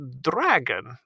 dragon